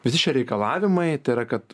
visi šitie reikalavimai tai yra kad